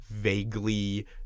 vaguely